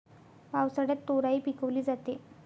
पावसाळ्यात तोराई पिकवली जाते